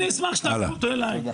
אני אשמח שתעבירו אותו אליי.